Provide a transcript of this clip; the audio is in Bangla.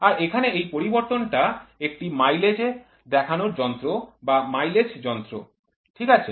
আর এখানে এই পরিবর্তনটা একটি মাইলেজ দেখানোর যন্ত্র বা মাইলেজ যন্ত্র ঠিক আছে